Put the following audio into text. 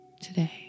today